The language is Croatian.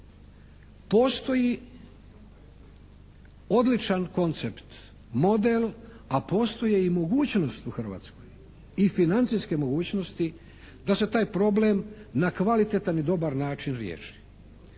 Postoji odličan koncept, model a postoje i mogućnost u Hrvatskoj, i financijske mogućnosti da se taj problem na kvalitetan i dobar način riješi,